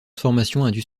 transformation